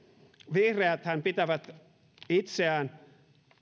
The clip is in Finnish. vihreäthän pitävät itseään